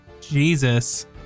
Jesus